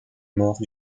mort